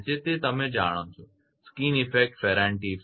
જે તમે જાણો છો કે સ્કિન ઇફેક્ટ ફેરાન્ટી ઇફેક્ટ